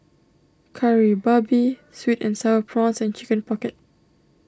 Kari Babi Sweet and Sour Prawns and Chicken Pocket